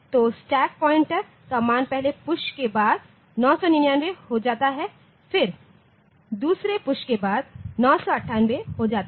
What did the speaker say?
तो stack pointer का मान पहले पुश के बाद 999 हो जाता है फिर दूसरे पुश के बाद यह 998 हो जाता है